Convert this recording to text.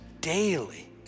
daily